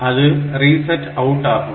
அது RESET OUT ஆகும்